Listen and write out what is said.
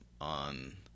on